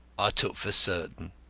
i took for certain.